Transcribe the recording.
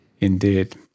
Indeed